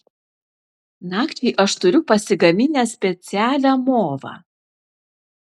nakčiai aš turiu pasigaminęs specialią movą